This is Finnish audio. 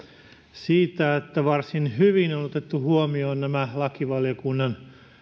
siitä että varsin hyvin on otettu huomioon nämä lakivaliokunnan